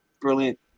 brilliant